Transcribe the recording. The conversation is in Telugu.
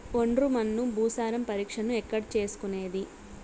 ఒండ్రు మన్ను భూసారం పరీక్షను ఎక్కడ చేసుకునేది?